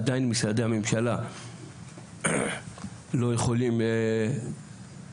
עדיין משרדי הממשלה לא יכולים לתפקד,